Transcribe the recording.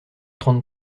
trente